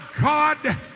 God